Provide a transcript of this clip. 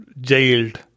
Jailed